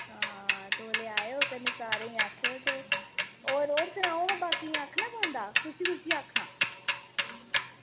आं तौले आवेओ ते कन्नै सारें गी आक्खेओ होर सनाओ हां बाकियें गी आक्खना पौंदा कुसी कुसी आक्खना